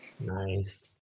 Nice